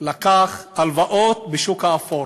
לקח הלוואות בשוק האפור.